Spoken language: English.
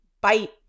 bite